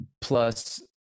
plus